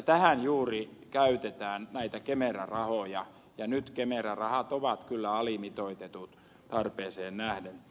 tähän juuri käytetään näitä kemera rahoja ja nyt kemera rahat ovat kyllä alimitoitetut tarpeeseen nähden